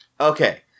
okay